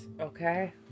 okay